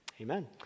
Amen